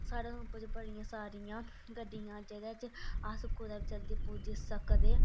साढ़े उधुमपुर च बड़ियां सारियां गड्डियां जेह्दे च अस कूदे बी जल्दी पुज्जी सकदे